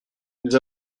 nous